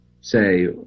say